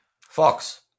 Fox